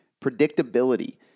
Predictability